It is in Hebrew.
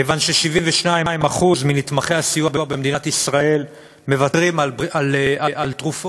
כיוון ש-72% מנתמכי הסיוע במדינת ישראל מוותרים על תרופות.